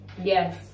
Yes